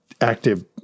active